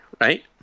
right